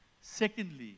Secondly